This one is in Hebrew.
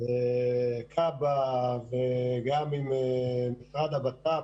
כב"א וגם עם המשרד לביטחון פנים,